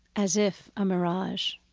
as if a mirage.